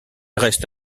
reste